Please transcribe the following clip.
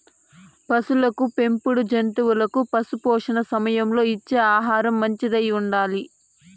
పసులకు పెంపుడు జంతువులకు పశుపోషణ సమయంలో ఇచ్చే ఆహారం మంచిదై ఉండాలి